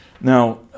now